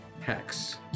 Hex